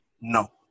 No